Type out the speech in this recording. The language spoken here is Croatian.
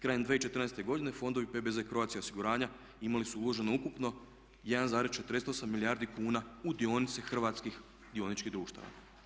Krajem 2014. godine fondovi PBZ Croatia Osiguranja imali su uloženo ukupno 1,48 milijardi kuna u dionice hrvatskih dioničkih društava.